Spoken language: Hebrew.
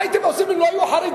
מה הייתם עושים אם לא היו חרדים?